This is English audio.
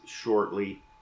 shortly